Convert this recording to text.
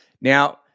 Now